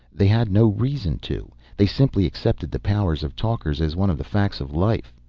they had no reason to. they simply accepted the powers of talkers as one of the facts of life.